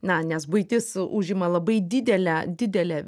na nes buitis užima labai didelę didelę